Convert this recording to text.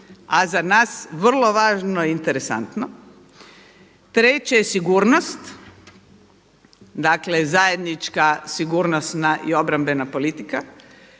a za nas vrlo važno i interesantno. Treće je sigurnost, dakle zajednička sigurnost i obrambena politika.